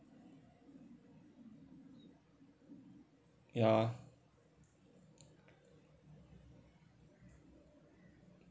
ya